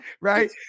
right